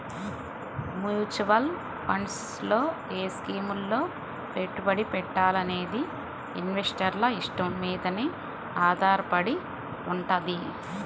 mutual funds లో ఏ స్కీముల్లో పెట్టుబడి పెట్టాలనేది ఇన్వెస్టర్ల ఇష్టం మీదనే ఆధారపడి వుంటది